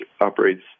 operates